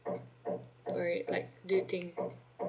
for it like do you think